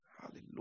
Hallelujah